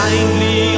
Kindly